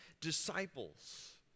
disciples